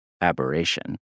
aberration